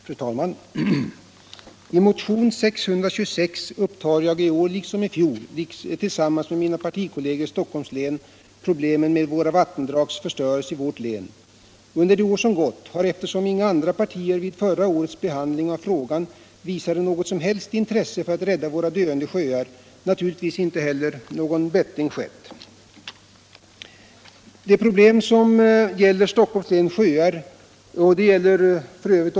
Fru talman! I motion nr 626 upptar jag i år, liksom i fjol, tillsammans med mina partikolleger i Stockholms län problemen med vattendragens förstörelse i vårt län. Under det år som gått har, eftersom inga andra partier vid förra årets behandling av frågan visade något som helst intresse för att rädda våra döende sjöar, naturligtvis inte heller någon bättring skett. Problemet för Stockholms läns sjöar — och det är f.ö.